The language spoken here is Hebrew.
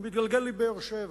מתגלגל לבאר-שבע,